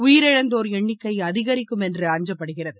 உயிரிழந்தேர் எண்ணிக்கைஅதிகரிக்கும் என்று அஞ்சப்படுகிறது